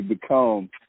become